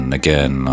again